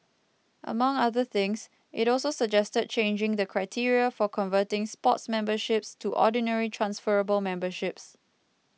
among other things it also suggested changing the criteria for converting sports memberships to ordinary transferable memberships